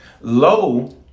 low